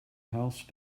house